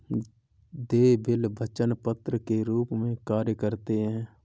देय बिल वचन पत्र के रूप में कार्य करते हैं